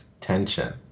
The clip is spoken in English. tension